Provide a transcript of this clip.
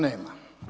nema.